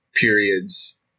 periods